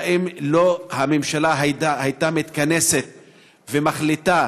האם הממשלה לא הייתה מתכנסת ומחליטה?